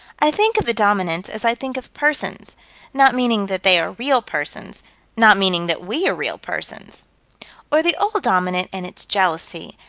i think of the dominants as i think of persons not meaning that they are real persons not meaning that we are real persons or the old dominant and its jealousy,